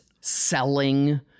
selling